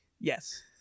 Yes